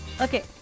Okay